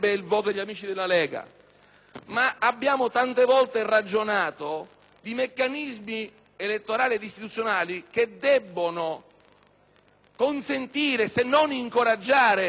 abbiamo tante volte ragionato di meccanismi elettorali ed istituzionali che debbono consentire, se non incoraggiare, le esperienze